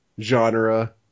genre